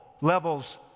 levels